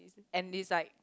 and is like